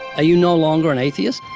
you no longer an atheist?